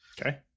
Okay